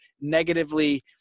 negatively